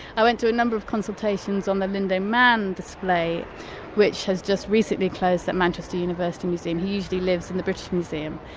i went to a number of consultations on the lindow man display which has just recently closed at manchester university museum. he usually lives in the british museum.